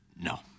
No